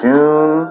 June